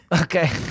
Okay